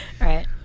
Right